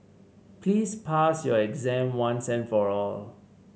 please pass your exam once and for all